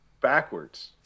backwards